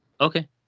okay